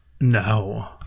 no